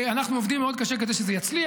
אנחנו עובדים מאוד קשה כדי שזה יצליח.